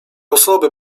osoby